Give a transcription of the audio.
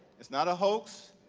it's not a hoax,